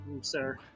sir